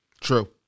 True